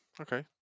Okay